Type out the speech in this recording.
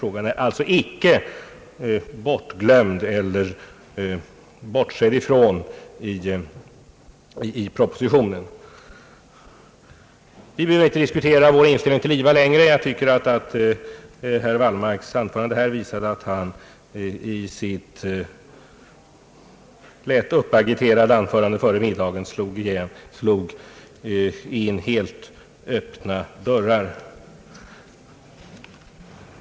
Frågan är alltså inte bortglömd eller förbigången i propositionen. Vi behöver inte diskutera vår inställning till IVA längre. Jag tycker att herr Wallmark i ' sitt lätt uppagiterade anförande före middagen slog in helt öppna dörrar.